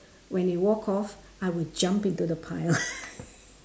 when you walk off I'll jump into the pile